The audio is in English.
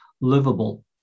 livable